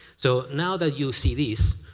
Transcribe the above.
so now that you see this,